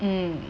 mm